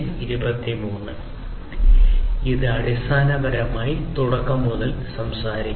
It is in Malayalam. ഇത് അടിസ്ഥാനപരമായി തുടക്കം മുതൽ സംസാരിക്കുന്നു